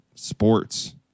sports